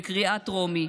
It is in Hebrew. בקריאה טרומית,